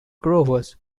growers